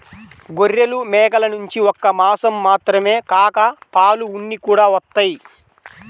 గొర్రెలు, మేకల నుంచి ఒక్క మాసం మాత్రమే కాక పాలు, ఉన్ని కూడా వత్తయ్